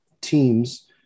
teams